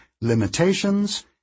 limitations